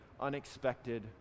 unexpected